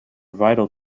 vital